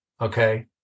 Okay